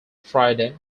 friday